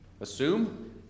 Assume